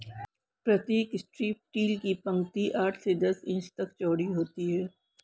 प्रतीक strip till की पंक्ति आठ से दस इंच तक चौड़ी होती है